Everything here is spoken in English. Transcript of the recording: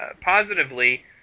positively